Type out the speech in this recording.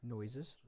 Noises